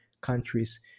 countries